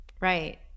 right